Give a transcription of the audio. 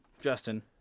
Justin